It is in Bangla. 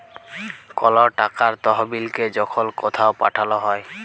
কল টাকার তহবিলকে যখল কথাও পাঠাল হ্যয়